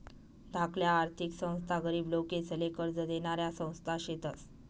धाकल्या आर्थिक संस्था गरीब लोकेसले कर्ज देनाऱ्या संस्था शेतस